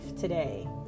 today